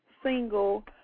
single